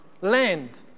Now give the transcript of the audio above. land